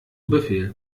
befehl